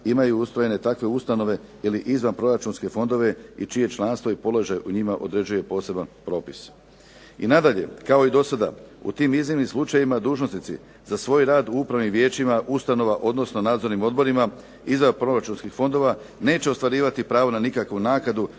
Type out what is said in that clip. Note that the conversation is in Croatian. imaju ustrojene takve ustanove ili izvanproračunske fondove i čije članstvo i položaj u njima određuje poseban propis. I nadalje, kao i do sada u tim iznimnim slučajevima dužnosnici za svoj rad u upravnim vijećima ustanova odnosno nadzornim odborima izvanproračunskih fondova neće ostvarivati pravo na nikakvu naknadu,